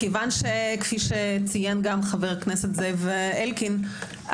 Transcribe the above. כפי שציין חבר הכנסת זאב אלקין,